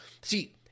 see